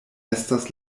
estas